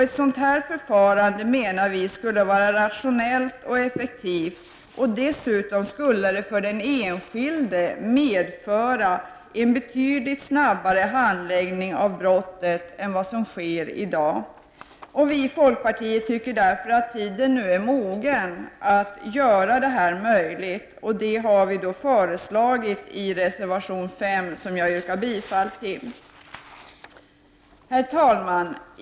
Ett sådant förfarande menar vi skulle vara rationellt och effektivt. Det skulle dessutom för den enskilde medföra en betydligt snabbare handläggning av brottet än som sker i dag. Vi i folkpartiet tycker att tiden nu är mogen att göra detta möjligt. Det har vi föreslagit i reservation nr 5, som jag yrkar bifall till. Herr talman!